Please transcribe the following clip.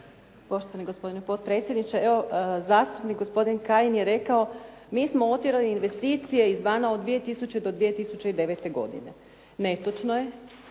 Poštovani gospodine potpredsjedniče. Evo, zastupnik gospodin Kajin je rekao mi smo otjerali investicije izvana od 2000. do 2009. godine. Netočno je